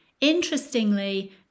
Interestingly